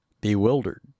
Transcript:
bewildered